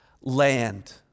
land